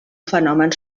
fenomen